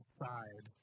side